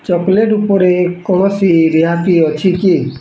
chocolate ଉପରେ କୌଣସି ରିହାତି ଅଛି କି